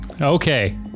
Okay